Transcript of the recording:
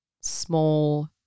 small